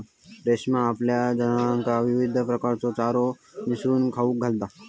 रमेश आपल्या जनावरांका विविध प्रकारचो चारो मिसळून खाऊक घालता